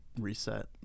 reset